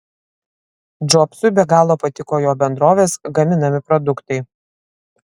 džobsui be galo patiko jo bendrovės gaminami produktai